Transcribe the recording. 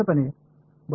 மாணவர்C